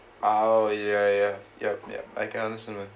oh ya ya yup yup I can understand man